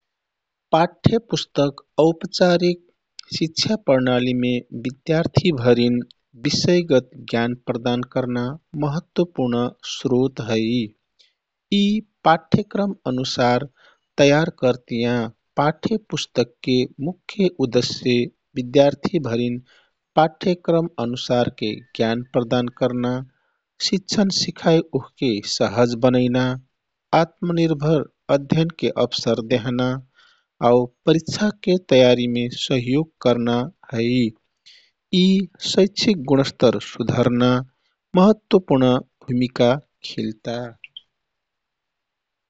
पाठ्यपुस्तक औपचारिक शिक्षा प्रणालीमे विद्यार्थी भरिन विषयगत ज्ञान प्रदान करना महत्वपूर्ण स्रोत है। यी पाठ्यक्रमअनुसार तयार करतियाँ। पाठ्यपुस्तकके मुख्य उद्देश्य विद्यार्थी भरिन पाठ्यक्रमअनुसारके ज्ञान प्रदान करना, शिक्षण सिखाइ ओहके सहज बनैना, आत्मनिर्भर अध्ययनके अवसर देहना आउ परीक्षाके तयारीमे सहयोग करना है। यी शैक्षिक गुणस्तर सुधर्ना महत्वपूर्ण भूमिका खिल्ता।